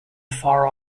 far